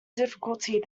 difficulty